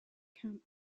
camp